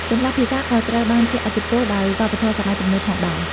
ចម្លាស់ភាសាក៏ត្រូវបានជះឥទ្ធិពលដោយវប្បធម៌សម័យទំនើបផងដែរ។